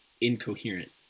incoherent